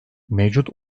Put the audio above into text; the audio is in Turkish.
mevcut